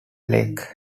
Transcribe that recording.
lake